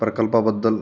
प्रकल्पाबद्दल